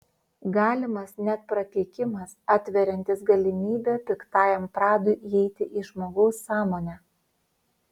galimas net prakeikimas atveriantis galimybę piktajam pradui įeiti į žmogaus sąmonę